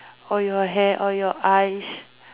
or your hair or your eyes